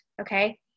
okay